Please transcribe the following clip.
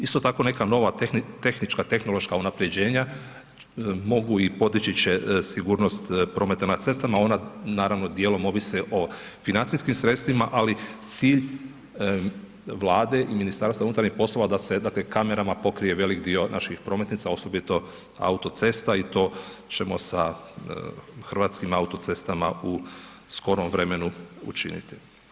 Isto tako neka nova tehnička, tehnološka unaprijeđena mogu i podići će sigurnost prometa na cestama, ona naravno dijelom ovise o financijskim sredstvima, ali cilj Vlade i MUP-a je da se, dakle, kamerama pokrije velik dio naših prometnica, osobito autocesta i to ćemo sa hrvatskim autocestama u skorom vremenu učiniti.